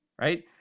right